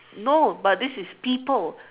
no but this is people